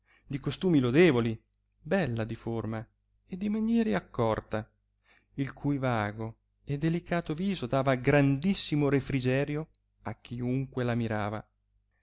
di costumi lodevoli bella di forma e di maniere accorta il cui vago e delicato viso dava grandissimo refrigerio a chiunque la mirava